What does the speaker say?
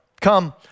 Come